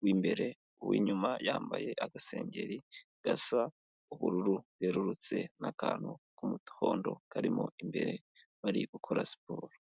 uw'imbere, uw'inyuma yambaye agasengeri gasa ubururu bwerurutse n'akantu k'umuhondo karimo imbere bari gukora siporo.